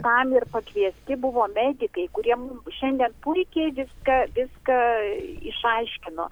tam ir pakviesti buvo medikai kurie mum šiandien puikiai viską viską išaiškino